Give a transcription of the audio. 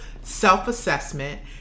self-assessment